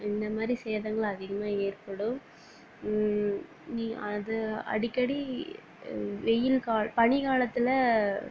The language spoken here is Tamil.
இந்த மாதிரி சேதங்கள் அதிகமாக ஏற்படும் நீ அது அடிக்கடி வெயில் கா பனி காலத்தில்